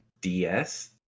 DS